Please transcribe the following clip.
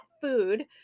food